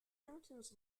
mountains